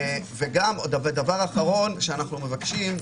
דבר אחרון שאנחנו מבקשים מניסיוננו,